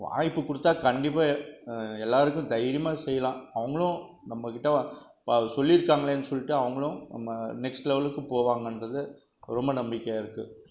வாய்ப்புக்கொடுத்தா கண்டிப்பாக எல்லாருக்கும் தைரியமாக செய்யலான் அவங்குளும் நம்ம கிட்ட பாவம் சொல்லியிருக்காங்களேன்னு சொல்லிட்டு அவங்குளும் நம்ம நெக்ஸ்ட் லெவலுக்கு போவாங்கன்றது ரொம்ப நம்பிக்கையாகருக்கு